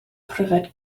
pryfed